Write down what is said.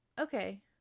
okay